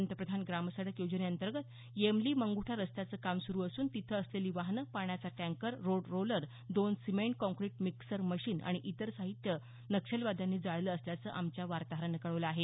पंतप्रधान ग्राम सडक योजनेंतर्गत येमली मंगुठा रस्त्याचे काम सुरु असून तिथं असलेली वाहनं पाण्याचा टँकर रोड रोलर दोन सिमेंट काँक्रिट मिक्सर मशीन आणि इतर साहित्य नक्षलवाद्यानी जाळलं असल्याचं आमच्या वार्ताहरानं कळवलं आहे